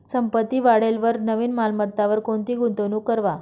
संपत्ती वाढेलवर नवीन मालमत्तावर कोणती गुंतवणूक करवा